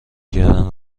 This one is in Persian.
کردن